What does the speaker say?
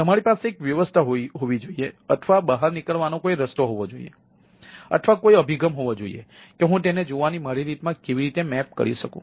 તેથી તમારી પાસે એક વ્યવસ્થા હોવી જોઈએ અથવા બહાર નીકળવાનો કોઈ રસ્તો હોવો જોઈએ અથવા કોઈ અભિગમ હોવો જોઈએ કે હું તેને જોવાની મારી રીતમાં કેવી રીતે મેપ કરી શકું